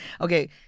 Okay